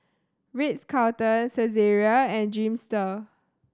Ritz Carlton Saizeriya and Dreamster